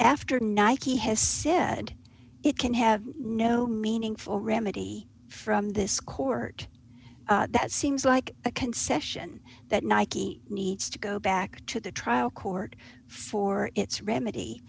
after nike has said it can have no meaningful remedy from this court that seems like a concession that nike needs to go back to the trial court for its remedy